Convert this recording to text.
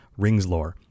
ringslore